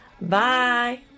Bye